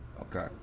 okay